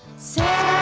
so